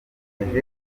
impamvu